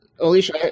Alicia